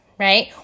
Right